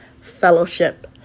Fellowship